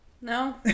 No